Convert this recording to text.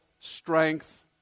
strength